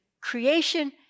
creation